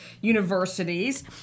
universities